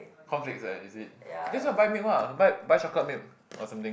cornflakes eh is it just go and buy milk ah buy buy chocolate milk or something